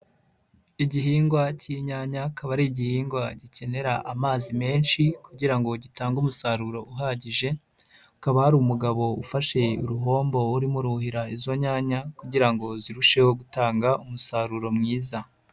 Igihingwa cy'inyanya, akaba ari igihingwa gikenera amazi menshi kugira ngo gitange umusaruro uhagije, hakaba hari umugabo ufashe uruhombo urimo kuhira izo nyanya kugira ngo zirusheho gutanga umusaruro mwiza.